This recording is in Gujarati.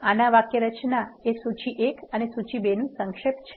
આનો વાક્યરચના એ સૂચિ 1 અને સૂચિ 2 નું સંક્ષેપ છે